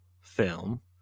film